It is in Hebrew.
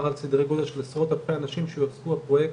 שאלה רכבות הקלות וזה המטרו.